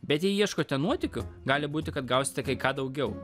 bet jei ieškote nuotykių gali būti kad gausite kai ką daugiau